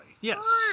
Yes